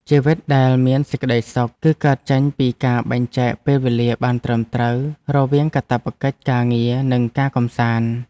ជីវិតដែលមានសេចក្តីសុខ គឺកើតចេញពីការបែងចែកពេលវេលាបានត្រឹមត្រូវរវាងកាតព្វកិច្ចការងារនិងការកម្សាន្ត។